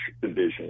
Division